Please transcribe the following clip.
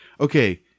okay